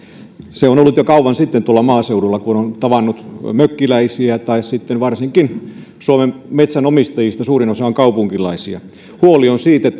se on ollut jo kauan sitten tuolla maaseudulla kun on tavannut mökkiläisiä ja varsinkin suomen metsänomistajista suurin osa on kaupunkilaisia huoli on siitä